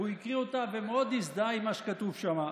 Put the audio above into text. והוא הקריא אותו ומאוד הזדהה עם מה שכתוב שם.